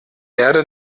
erde